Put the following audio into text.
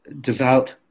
devout